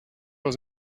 was